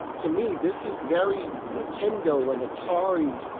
to me, this is very nintendo and atari-ish.